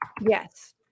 Yes